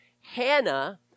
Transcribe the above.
Hannah